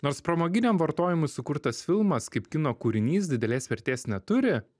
nors pramoginiam vartojimui sukurtas filmas kaip kino kūrinys didelės vertės neturi